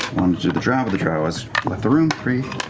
do the drow, but the drow was through.